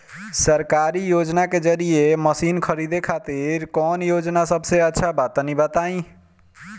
सरकारी योजना के जरिए मशीन खरीदे खातिर कौन योजना सबसे अच्छा बा तनि बताई?